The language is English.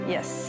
Yes